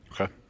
Okay